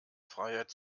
freiheit